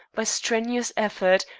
by strenuous effort,